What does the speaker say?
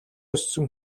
өссөн